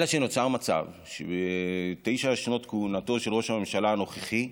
אלא שנוצר מצב שבתשע שנות כהונתו של ראש הממשלה הנוכחי הגענו,